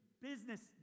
business